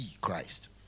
Christ